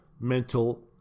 mental